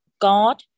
god